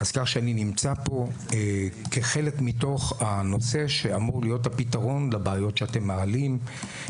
כך שאני נמצא פה כחלק מתוך הנושא שאמור להיות הפתרון לבעיות שאתם מעלים,